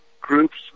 groups